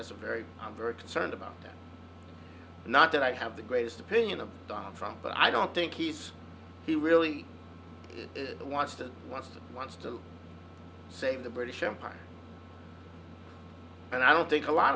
disagree i'm very concerned about not that i have the greatest opinion of donald trump but i don't think he's he really wants to wants to wants to save the british empire and i don't think a lot